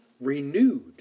renewed